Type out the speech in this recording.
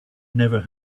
never